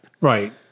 Right